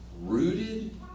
rooted